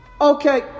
Okay